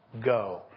go